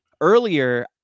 earlier